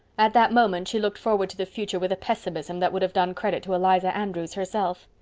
at that moment she looked forward to the future with a pessimism that would have done credit to eliza andrews herself.